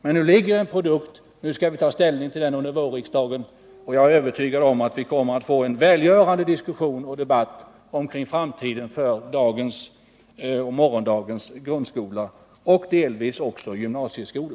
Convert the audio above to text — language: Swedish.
Nu föreligger en produkt. Vi skall ta ställning till den under vårriksdagen, och jag är övertygad om att vi kommer att få en välgörande diskussion om dagens och morgondagens grundskola och delvis också gymnasieskola.